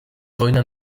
wojna